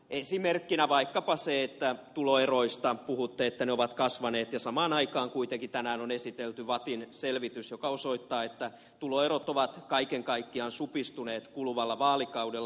esimerkkinä vaikkapa se että tuloeroista puhutte että ne ovat kasvaneet ja samaan aikaan kuitenkin tänään on esitelty vattin selvitys joka osoittaa että tuloerot ovat kaiken kaikkiaan supistuneet kuluvalla vaalikaudella